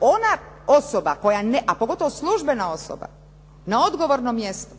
ona osoba koja a pogotovo službena osoba na odgovornom mjestu